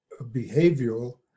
behavioral